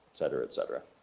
etc, etc.